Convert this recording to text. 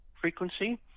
frequency